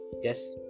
Yes